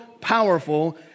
powerful